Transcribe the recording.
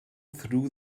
through